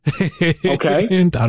Okay